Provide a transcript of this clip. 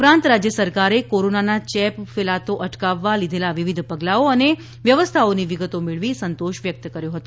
ઉપરાંત રાજ્ય સરકારે કોરોનાનો ચેપ ફેલાતો અટકાવવા લીઘેલા વિવિધ પગલાંઓ અને વ્યવસ્થાઓની વિગતો મેળવી સંતોષ વ્યક્ત કર્યો હતો